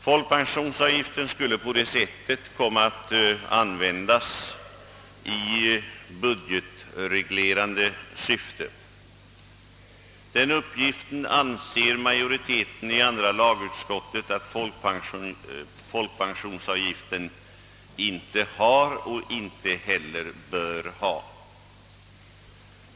Folkpensionsavgiften skulle på det sättet komma att användas i budgetreglerande syfte. Den uppgiften anser majoriteten i andra lagutskottet att folkpensionsavgiften inte har och inte heller bör ha.